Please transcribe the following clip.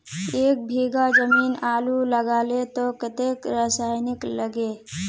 एक बीघा जमीन आलू लगाले तो कतेक रासायनिक लगे?